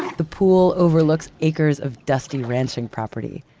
the pool overlooks acres of dusty ranching property.